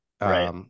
Right